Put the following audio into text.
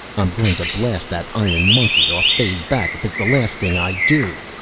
i'm going to blast that iron monkey off fay's back if it's the last thing i do!